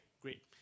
great